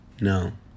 no